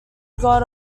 god